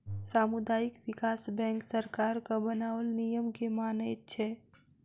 सामुदायिक विकास बैंक सरकारक बनाओल नियम के मानैत छै